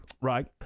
Right